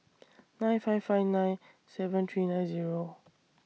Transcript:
nine five five nine seven three nine Zero